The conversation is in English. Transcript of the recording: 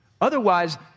Otherwise